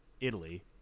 Italy